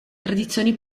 tradizioni